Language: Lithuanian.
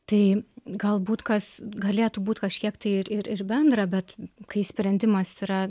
tai galbūt kas galėtų būt kažkiek tai ir ir bendro bet kai sprendimas yra